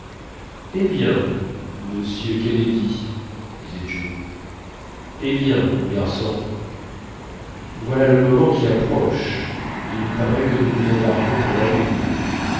eh bien monsieur kennedy disait joe eh bien mon garçon voilà le moment qui approche il parait que nous nous embarquons pour la lune